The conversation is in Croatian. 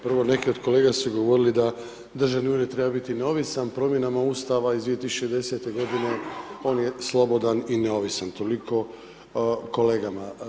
Prvo, neke od kolega su govorili da Državni ured treba biti neovisan, promjenama Ustava iz 2010,. g. on je slobodan i neovisan, toliko kolegama.